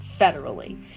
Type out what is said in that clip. federally